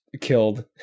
killed